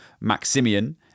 Maximian